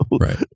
Right